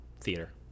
theater